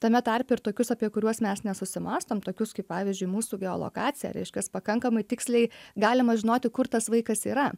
tame tarpe ir tokius apie kuriuos mes nesusimąstom tokius kaip pavyzdžiui mūsų geolokacija reiškias pakankamai tiksliai galima žinoti kur tas vaikas yra